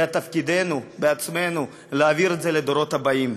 ותפקידנו יהיה להעביר את זה לדורות הבאים.